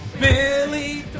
Billy